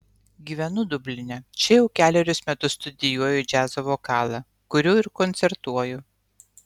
gyvenu dubline čia jau kelerius metus studijuoju džiazo vokalą kuriu ir koncertuoju